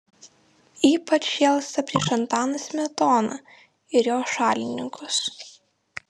ypač šėlsta prieš antaną smetoną ir jo šalininkus